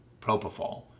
Propofol